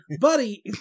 buddy